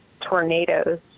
tornadoes